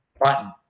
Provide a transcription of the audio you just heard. button